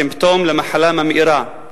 סימפטום למחלה ממאירה,